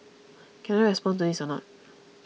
can I respond to this anot